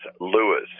Lewis